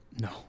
No